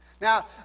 Now